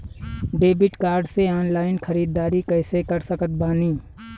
Debit card से online ख़रीदारी कैसे कर सकत बानी?